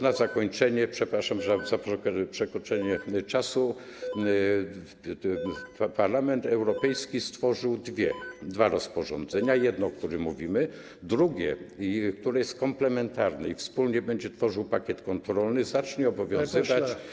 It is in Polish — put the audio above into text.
Na zakończenie - przepraszam za przekroczenie czasu - Parlament Europejski stworzył dwa rozporządzenia: jedno, o którym mówimy, drugie, które jest komplementarne i będzie to tworzyło pakiet kontrolny, który zacznie obowiązywać.